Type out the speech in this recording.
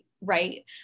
Right